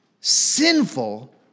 sinful